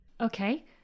Okay